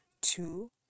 two